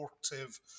supportive